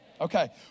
Okay